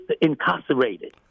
incarcerated